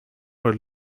for